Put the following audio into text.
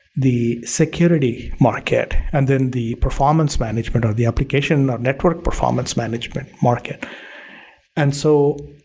the security market and then the performance management or the application or network performance management market and so,